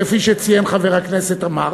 כפי שציין חבר הכנסת עמאר.